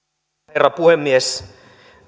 herra puhemies